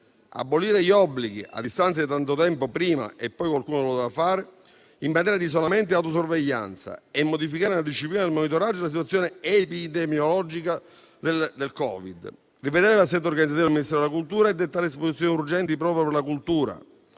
abolire gli obblighi a distanza di tanto tempo, - prima o poi qualcuno lo doveva fare - in materia di isolamento e autosorveglianza e modificare la disciplina del monitoraggio della situazione epidemiologica Covid; rivedere l'assetto organizzativo del Ministero della cultura e dettare disposizioni urgenti proprio per la cultura;